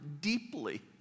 deeply